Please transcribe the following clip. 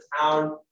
town